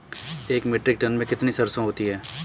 एक metric tonne में कितनी सरसों होती है?